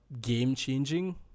game-changing